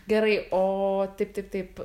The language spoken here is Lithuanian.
gerai o taip taip taip